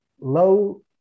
low